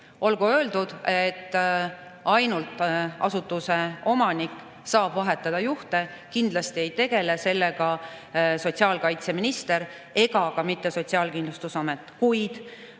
Olgu öeldud, et ainult asutuse omanik saab juhte vahetada, kindlasti ei tegele sellega sotsiaalkaitseminister ega ka mitte Sotsiaalkindlustusamet.